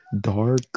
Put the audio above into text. dark